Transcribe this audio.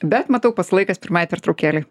bet matau pats laikas pirmai pertraukėlei